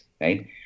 right